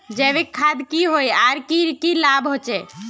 जैविक खाद की होय आर की की लाभ होचे?